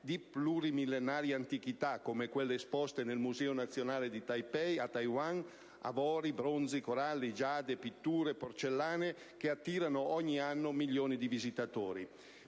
di plurimillenaria antichità, come quelle esposte nel Museo nazionale di Taipei, a Taiwan: avori, bronzi, coralli, giade, pitture e porcellane che attirano ogni anno milioni di visitatori.